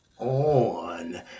on